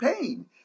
pain